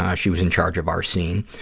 ah she was in charge of our scene,